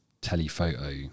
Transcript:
telephoto